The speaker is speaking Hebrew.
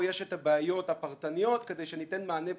יש את הבעיות הפרטניות כדי שניתן מענה פרטני,